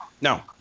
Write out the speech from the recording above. No